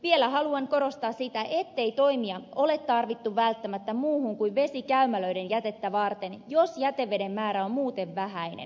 vielä haluan korostaa sitä ettei toimia ole tarvittu välttämättä muuhun kuin vesikäymälöiden jätettä varten jos jäteveden määrä on muuten vähäinen